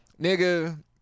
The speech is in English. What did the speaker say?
Nigga